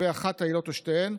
באחת העילות, או שתיהן,